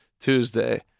Tuesday